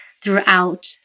throughout